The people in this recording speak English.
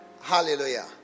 Hallelujah